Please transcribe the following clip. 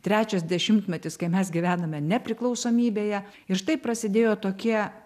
trečias dešimtmetis kai mes gyvename nepriklausomybėje ir štai prasidėjo tokie